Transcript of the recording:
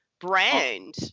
brand